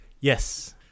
Yes